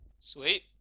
Sweet